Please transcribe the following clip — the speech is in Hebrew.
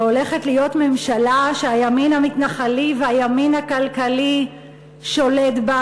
הולכת להיות כאן ממשלה שהימין המתנחלי והימין הכלכלי שולט בה.